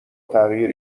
تغییر